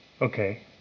Okay